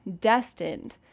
destined